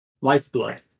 lifeblood